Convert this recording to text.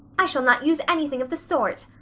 i shall not use anything of the sort.